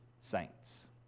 saints